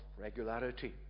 regularity